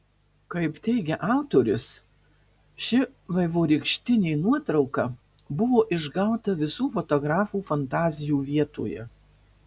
kaip teigia autorius ši vaivorykštinė nuotrauka buvo išgauta visų fotografų fantazijų vietoje